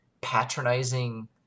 patronizing